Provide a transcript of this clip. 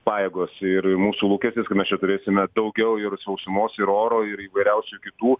pajėgos ir mūsų lūkestis kad mes čia turėsime daugiau ir sausumos ir oro ir įvairiausių kitų